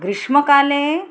ग्रिष्मकाले